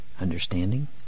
understanding